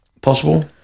possible